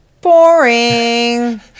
Boring